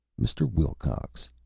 mr. wilcox,